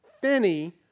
Finney